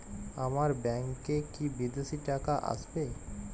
আমার ব্যংকে কি বিদেশি টাকা আসবে?